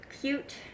cute